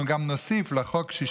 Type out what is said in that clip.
גם נוסיף לחוק מס'